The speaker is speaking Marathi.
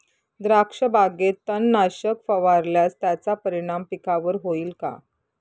द्राक्षबागेत तणनाशक फवारल्यास त्याचा परिणाम पिकावर होईल का?